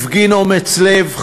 הפגין אומץ לב,